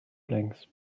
blanks